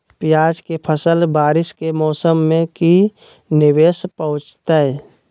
प्याज के फसल बारिस के मौसम में की निवेस पहुचैताई?